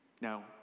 Now